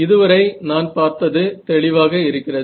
இதுவரை நான் பார்த்தது தெளிவாக இருக்கிறது